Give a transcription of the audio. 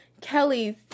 Kelly's